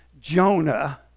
Jonah